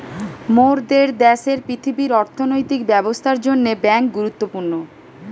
মোরদের দ্যাশের পৃথিবীর অর্থনৈতিক ব্যবস্থার জন্যে বেঙ্ক গুরুত্বপূর্ণ